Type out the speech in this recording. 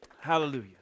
Hallelujah